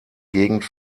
gegend